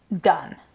Done